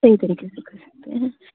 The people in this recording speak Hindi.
सही तरीक़े से करते हैं